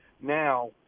now